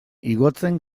igotzen